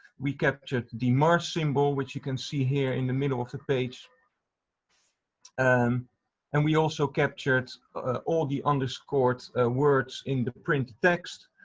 we captured the mars symbol which you can see here in the middle of the page and and we also captured all the underscored words in the print text